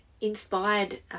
inspired